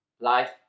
life